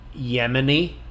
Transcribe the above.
Yemeni